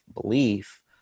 belief